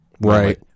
Right